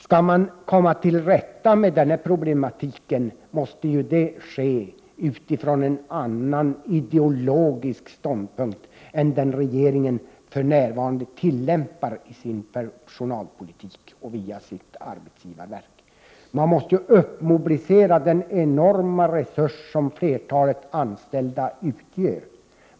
Skall man komma till rätta med denna problematik, måste det ske utifrån en annan ideologisk ståndpunkt än den som regeringen för 107 närvarande tillämpar i sin personalpolitik och via sitt arbetsgivarverk. Man måste mobilisera den enorma resurs som flertalet anställda utgör.